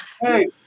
Hey